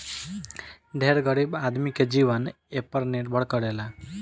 ढेर गरीब आदमी के जीवन एपर निर्भर करेला